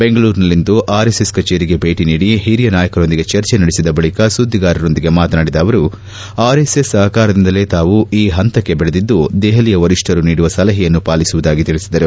ಬೆಂಗಳೂರಿನಲ್ಲಿಂದು R S S ಕಚೇರಿಗೆ ಭೇಟ ನೀಡಿ ಹಿರಿಯ ನಾಯಕರೊಂದಿಗೆ ಚರ್ಚೆ ನಡೆಸಿದ ಬಳಕ ಸುದ್ಗಿಗಾರರೊಂದಿಗೆ ಮಾತನಾಡಿದ ಅವರು ಆರ್ ಎಸ್ ಎಸ್ ಸಹಕಾರದಿಂದಲೇ ತಾವು ಈ ಹಂತಕ್ಕೆ ಬೆಳೆದಿದ್ದು ದೆಹಲಿಯ ವರಿಷ್ಠರು ನೀಡುವ ಸಲಹೆಯನ್ನು ಪಾಲಿಸುವುದಾಗಿ ತಿಳಿಸಿದರು